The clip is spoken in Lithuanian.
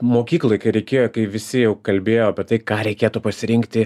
mokykloj kai reikėjo kai visi jau kalbėjo apie tai ką reikėtų pasirinkti